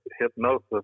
hypnosis